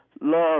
love